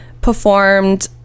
performed